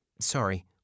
Sorry